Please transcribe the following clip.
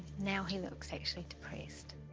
now he looks actually depressed.